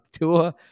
Tua